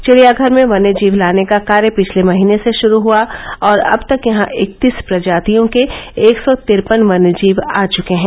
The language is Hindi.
चिड़ियाघर में वन्यजीव लाने का कार्य पिछले महीने से शुरू हुआ और अब तक यहां इकतीस प्रजातियों के एक सौ तिरपन वन्यजीव आ चुके हैं